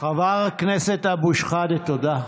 חבר הכנסת אבו שחאדה, תודה.